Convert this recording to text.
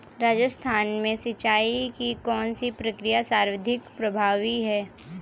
राजस्थान में सिंचाई की कौनसी प्रक्रिया सर्वाधिक प्रभावी है?